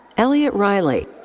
elliot reilly.